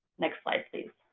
next slide, please.